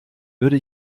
würde